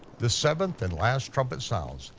the seventh and last trumpet sounds,